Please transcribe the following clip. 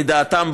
לדעתם,